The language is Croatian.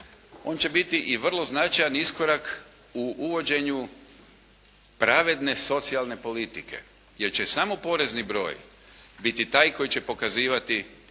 on će biti i vrlo značajan iskorak u uvođenju pravedne socijalne politike jer će samo porezni broj biti taj koji će pokazivati